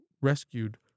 rescued